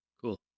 Cool